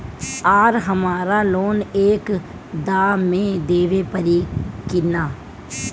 आर हमारा लोन एक दा मे देवे परी किना?